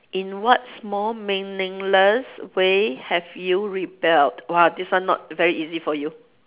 in what small meaningless way have you rebelled !wah! this one not very easy for you